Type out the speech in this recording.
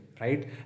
right